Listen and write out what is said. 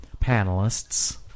panelists